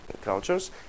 cultures